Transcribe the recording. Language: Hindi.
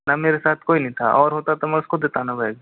वहाँ मेरे साथ कोई नहीं था और होता तो मैं उसको देता न बैग